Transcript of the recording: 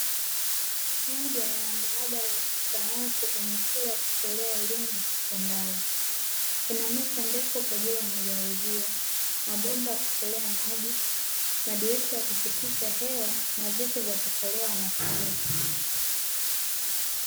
Moja ya maabara ya kisayansi kwenye shule ya kutolea elimu ya sekondari, ina meza ndefu kwa ajili ya majaribio, mabomba ya kutolea maji, madirisha ya kupitisha hewa na viti vya kukalia wanafunzi.